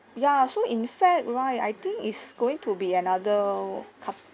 ya so in fact right I think it's going to be another